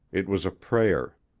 it was a prayer.